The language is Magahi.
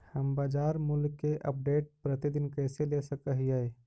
हम बाजार मूल्य के अपडेट, प्रतिदिन कैसे ले सक हिय?